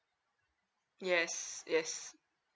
yes yes